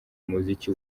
umuziki